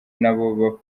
nabo